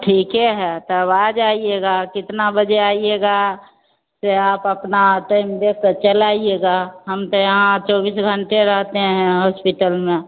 ठीक ही है तब आ जाइएगा कितना बजे आइएगा जे आप अपना टैम देख के चल आइएगा हम ते यहां चौबीस घंटे रहते हैं हॉस्पिटल में